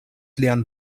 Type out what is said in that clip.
lian